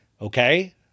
Okay